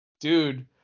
Dude